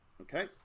Okay